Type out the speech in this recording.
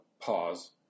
pause